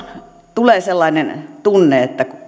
tulee sellainen tunne että